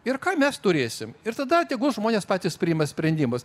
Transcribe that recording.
ir ką mes turėsim ir tada tegu žmonės patys priima sprendimus